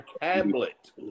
tablet